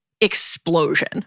explosion